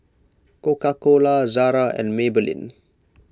Coca Cola Zara and Maybelline